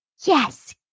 yes